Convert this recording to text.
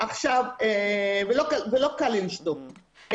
ולא קל לי לשתוק.